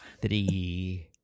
three